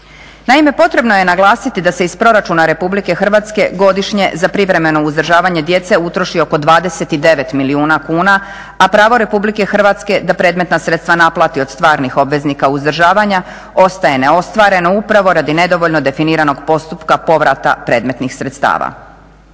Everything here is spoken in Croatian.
Naime, potrebno je naglasiti da se iz proračuna Republike Hrvatske godišnje za privremeno uzdržavanje djece utroši oko 29 milijuna kuna a pravo Republike Hrvatske da predmetna sredstva naplati od stvarnih obveznika uzdržavanja ostaje neostvarena upravo radi nedovoljno definiranog postupka povrata predmetnih sredstava.